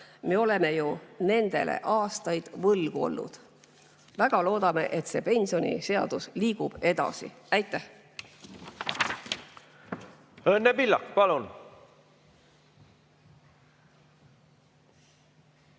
Me oleme ju nendele aastaid võlgu olnud. Väga loodame, et see pensioniseadus liigub edasi. Aitäh! Õnne Pillak, palun!